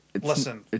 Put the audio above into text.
Listen